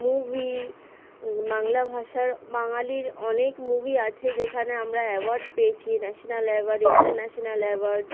movie Bangla ভাষার বাঙালির অনেক মুভি আছে যেখানে আমরা অ্যাওয়ার্ড পেয়েছি ন্যাশনাল অ্যাওয়ার্ড ইন্টারন্যাশনাল অ্যাওয়ার্ড